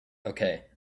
okay